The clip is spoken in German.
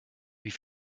wie